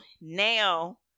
now